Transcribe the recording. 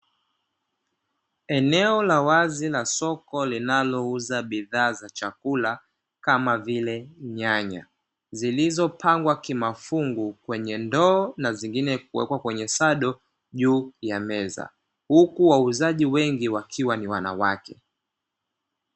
Eneo la wazi la soko linalouza bidhaa za chakula kama vile nyanya zilizopangwa kimafungu kwenye ndoo na zingine kuwekwa kwenye sado juu ya meza, huku wauzaji wengi wakiwa ni wanawake.